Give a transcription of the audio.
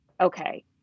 okay